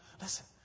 listen